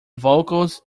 vocals